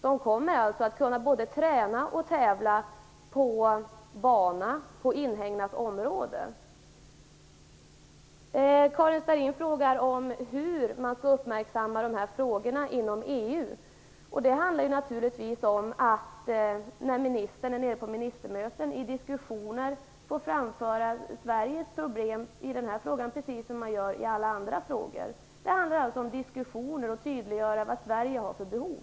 De kommer alltså att kunna båda träna och tävla på bana i inhägnat område. Karin Starrin frågar hur man skall uppmärksamma dessa frågor inom EU. Det handlar naturligtvis om att ministern, när hon är nere på ministermöten, i diskussioner får framföra Sveriges syn i denna fråga, precis som i alla andra frågor. Det handlar alltså om diskussioner och om att tydliggöra vad Sverige har för behov.